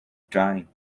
dying